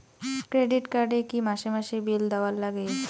Credit card এ কি মাসে মাসে বিল দেওয়ার লাগে?